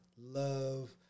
love